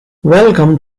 welcome